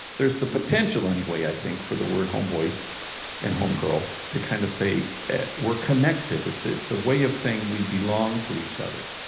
there's the potential, anyway, i think, for the word homeboy and homegirl to kind of say that we're connected. it's it's a way of saying, we belong to each other,